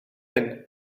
hyn